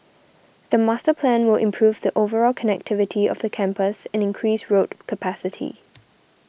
the master plan will improve the overall connectivity of the campus and increase road capacity